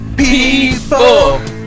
people